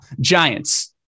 Giants